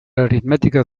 aritmètica